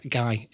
guy